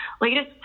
latest